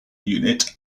unit